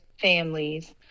families